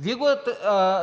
Вие ги